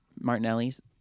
Martinelli's